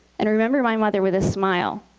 and remember my mother with a smile,